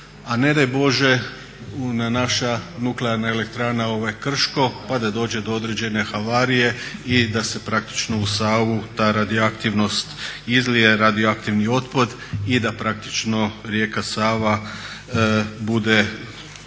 A ne daj Bože da naša Nuklearna elektrana Krško pa da dođe do određene havarije i da se praktično u Savu ta radioaktivnost izlije, radioaktivni otpad i da praktično rijeka Sava bude